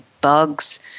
bugs